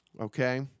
Okay